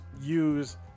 use